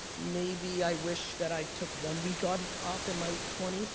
maybe i wish that i took one week ah and off in my twenty